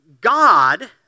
God